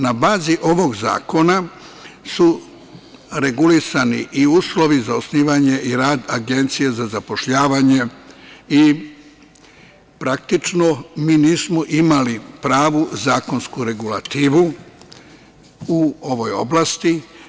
Na bazi ovog zakona su regulisani i uslovi za osnovanje i rad Agencije za zapošljavanje i praktično mi nismo imali pravu zakonsku regulativu u ovoj oblasti.